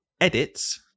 edits